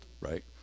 right